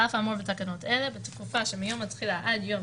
על אף האמור בתקנות אלה בתקופה שמיום התחילה עד יום